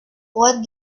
what